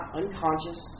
unconscious